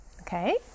Okay